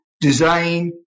design